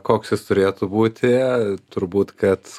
koks jis turėtų būti turbūt kad